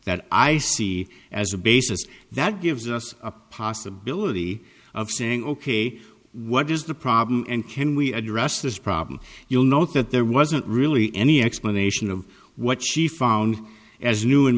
that i see as a basis that gives us a possibility of saying ok what is the problem and can we address this problem you'll note that there wasn't really any explanation of what she found as new and